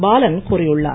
பாலன் கூறியுள்ளார்